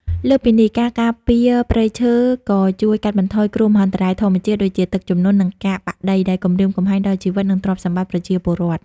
លើសពីនេះ ការការពារព្រៃឈើក៏ជួយ កាត់បន្ថយគ្រោះមហន្តរាយធម្មជាតិ ដូចជាទឹកជំនន់ និងការបាក់ដី ដែលគំរាមកំហែងដល់ជីវិត និងទ្រព្យសម្បត្តិប្រជាពលរដ្ឋ។